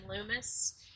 Loomis